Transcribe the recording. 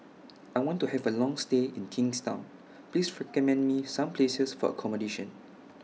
I want to Have A Long stay in Kingstown Please recommend Me Some Places For accommodation